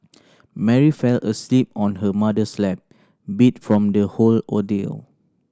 Mary fell asleep on her mother's lap beat from the whole ordeal